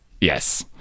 Yes